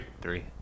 Three